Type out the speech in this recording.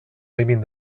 límit